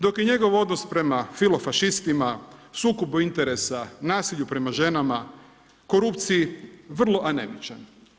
Dok je njegov odnos prema filofašistima, sukobu interesa, nasilju prema ženama, korupciji vrlo anemičan.